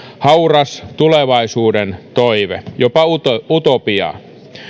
hauras tulevaisuuden toive jopa utopiaa utopiaa